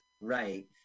Right